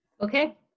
Okay